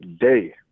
day